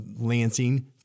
Lansing